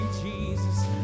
Jesus